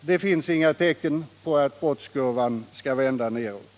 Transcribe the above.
Det finns inga tecken på att brottskurvan skall vända nedåt.